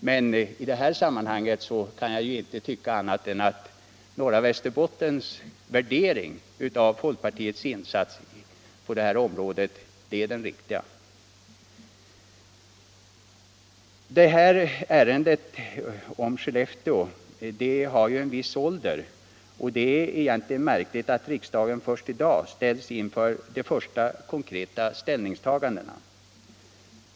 Men i det här sammanhanget kan jag inte tycka annat än att Norra Västerbottens värdering av folkpartiets insats på det här området är den riktiga. Ärendet om Skellefteå har ju en viss ålder och det är egentligen märkligt att riksdagen först i dag ställs inför de första konkreta ställningstagandena.